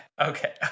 Okay